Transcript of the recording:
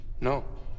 No